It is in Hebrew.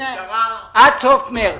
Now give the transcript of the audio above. עד סוף מארס.